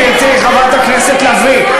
גברתי חברת הכנסת לביא.